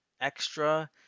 extra